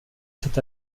cet